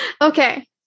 Okay